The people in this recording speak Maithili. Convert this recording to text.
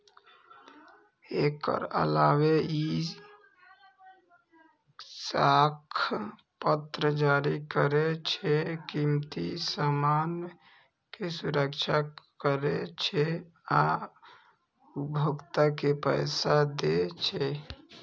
एकर अलावे ई साख पत्र जारी करै छै, कीमती सामान के सुरक्षा करै छै आ उपभोक्ता के पैसा दै छै